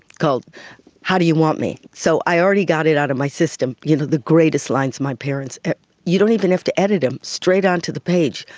called how do you want me? so i already got it out of my system, you know, the greatest lines of my parents, you don't even have to edit them, straight onto the page,